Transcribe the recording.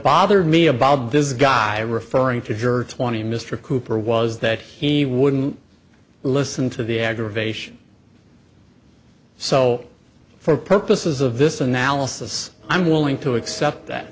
bothered me about this guy referring to jerk twenty mr cooper was that he wouldn't listen to the aggravation so for purposes of this analysis i'm willing to accept that